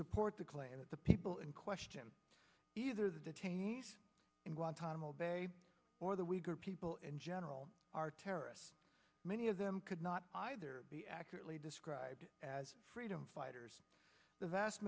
support the claim that the people in question either the detainees in guantanamo bay or the weaker people in general are terrorists many of them could not either be accurately described as freedom fighters the vast